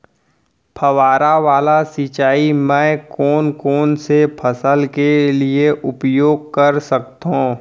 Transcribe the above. फवारा वाला सिंचाई मैं कोन कोन से फसल के लिए उपयोग कर सकथो?